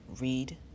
read